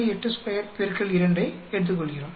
82 X 2 ஐ எடுத்துக்கொள்கிறோம்